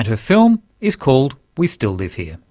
and her film is called we still live here.